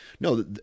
No